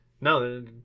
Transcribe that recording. No